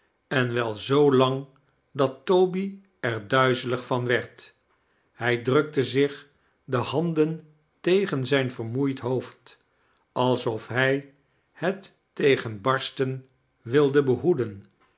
en wel zoo lang dat toby er duizelig van werd hij drukte zich de handen tegen zijn vermoeid hoofd alsof hij het tegen barsten wilde behoeden